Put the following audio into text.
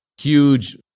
huge